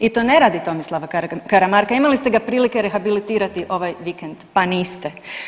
I to ne radi Tomislava Karamarka imali ste ga prilike rehabilitirali ovaj vikend pa niste.